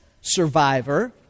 survivor